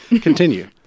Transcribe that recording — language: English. Continue